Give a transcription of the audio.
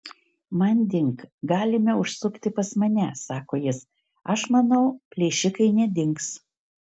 manding galime užsukti pas mane sako jis aš manau plėšikai nedings